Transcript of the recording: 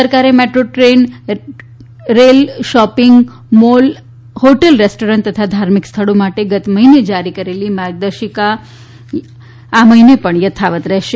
સરકારે metro rail train shopping mall hotel restaurant તથા ધાર્મિક સ્થળો માટે ગત મહિને જારી કરેલી માગદર્શિકા યથાવત રહેશે